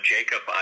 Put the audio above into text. Jacob